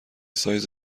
سایز